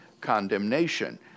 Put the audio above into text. condemnation